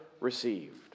received